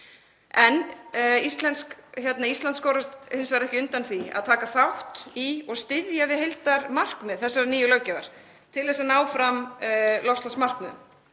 En Ísland skorast hins vegar ekki undan því að taka þátt í og styðja við heildarmarkmið þessarar nýju löggjafar til þess að ná fram loftslagsmarkmiðum.